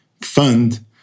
fund